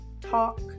talk